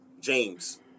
James